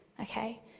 okay